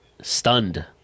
stunned